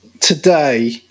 today